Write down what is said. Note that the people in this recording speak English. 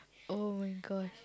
!oh-my-gosh!